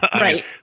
Right